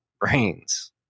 Brains